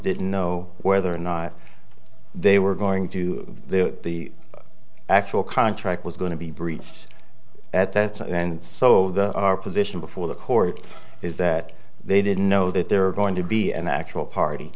didn't know whether or not they were going to the the actual contract was going to be breached at that and so our position before the court is that they didn't know that there are going to be an actual party